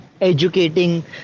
educating